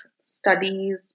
studies